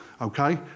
Okay